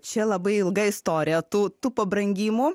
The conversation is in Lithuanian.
čia labai ilga istorija tų tų pabrangimų